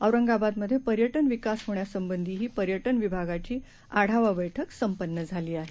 औरंगाबादमध्ये पर्यटन विकास होण्यासंबंधीही पर्यटन विभागाची आढावा बैठक संपन्न झाली आहे